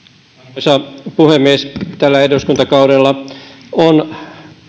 arvoisa puhemies tällä eduskuntakaudella on